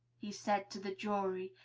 he said to the jury,